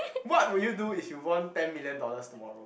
what will you do if you won ten million dollars tomorrow